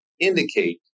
indicate